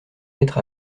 lettre